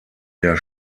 der